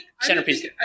centerpiece